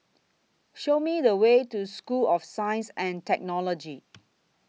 Show Me The Way to School of Science and Technology